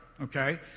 okay